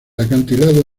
acantilado